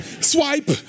Swipe